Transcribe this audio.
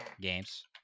games